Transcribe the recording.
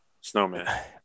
snowman